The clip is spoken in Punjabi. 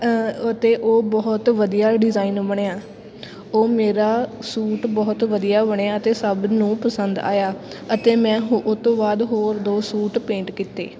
ਅਤੇ ਉਹ ਬਹੁਤ ਵਧੀਆ ਡਿਜ਼ਾਇਨ ਬਣਿਆ ਉਹ ਮੇਰਾ ਸੂਟ ਬਹੁਤ ਵਧੀਆ ਬਣਿਆ ਅਤੇ ਸਭ ਨੂੰ ਪਸੰਦ ਆਇਆ ਅਤੇ ਮੈਂ ਹੋ ਉਹ ਤੋਂ ਬਾਅਦ ਹੋਰ ਦੋ ਸੂਟ ਪੇਂਟ ਕੀਤੇ